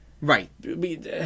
Right